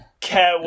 care